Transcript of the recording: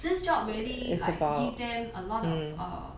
this job really like give them a lot of err